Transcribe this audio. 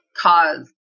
cause